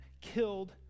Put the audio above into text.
killed